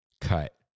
cut